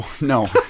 no